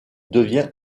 devient